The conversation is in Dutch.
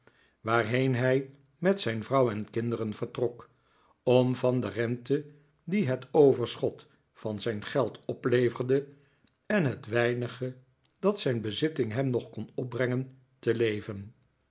waarheen hij met zijn vrouw en kinderen vertrok om van de rente die het overschot van zijn geld opleverde en het weinige dat zijn bezitting hem nog kon opbrengen te leven